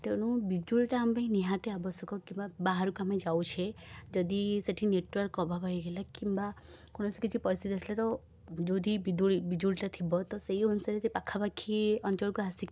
ତେଣୁ ବିଜୁଳିଟା ଆମ ପାଇଁ ନିହାତି ଆବଶ୍ୟକ କିମ୍ବା ବାହାରକୁ ଆମେ ଯାଉଛେ ଯଦି ସେଇଠି ନେଟୱାର୍କ ଅଭାବ ହେଇଗଲା କିମ୍ବା କୌଣସି କିଛି ପରିସ୍ଥିତି ଆସିଲା ତୋ ଯଦି ବିଜୁଳି ବିଜୁଳିଟା ଥିବ ତ ସେହି ଅନୁସାରେ ସେ ପାଖାପାଖି ଅଞ୍ଚଳକୁ ଆସିକି